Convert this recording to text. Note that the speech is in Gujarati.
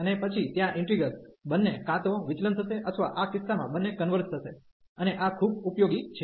અને પછી ત્યાં ઈન્ટિગ્રલ બંને કાં તો વિચલન થશે અથવા આ કિસ્સામાં બંને કન્વર્ઝ થશે અને આ ખૂબ ઉપયોગી છે